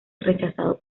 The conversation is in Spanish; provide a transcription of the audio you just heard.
rechazado